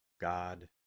God